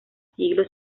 siglo